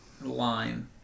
line